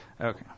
Okay